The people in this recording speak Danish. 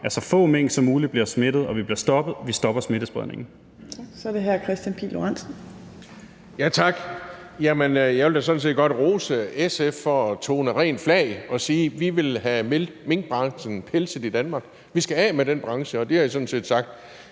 at så få mink som muligt bliver smittet, og at vi stopper smittespredningen.